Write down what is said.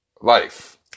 life